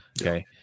Okay